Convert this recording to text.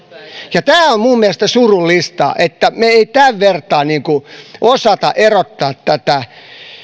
ja tämä on minun mielestäni surullista että me emme tämän vertaa osaa erottaa tätä